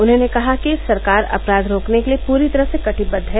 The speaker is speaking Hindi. उन्होंने कहा कि सरकार अपराध रोकने के लिए पूरी तरह से कटिबद्ध है